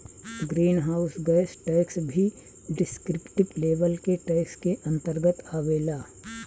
green house gas tax भी descriptive level के tax के अंतर्गत आवेला